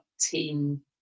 team